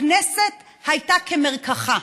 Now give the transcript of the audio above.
הכנסת הייתה כמרקחה.